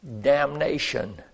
damnation